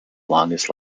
longest